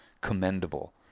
commendable